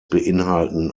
beinhalten